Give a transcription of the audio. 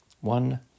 one